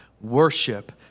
worship